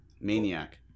Maniac